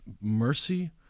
mercy